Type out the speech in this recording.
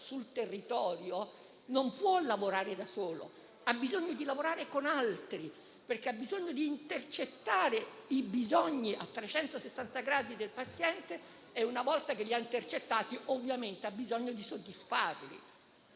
sul territorio non può farlo da solo, ma ha bisogno di lavorare con altri, perché ha bisogno di intercettare i bisogni del paziente a 360 gradi e, una volta che li ha intercettati, ovviamente ha bisogno di soddisfarli.